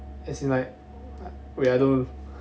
as in like wait I don't know